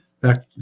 back